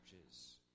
churches